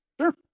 Sure